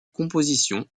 compositions